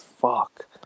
fuck